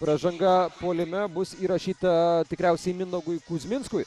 pražanga puolime bus įrašyta tikriausiai mindaugui kuzminskui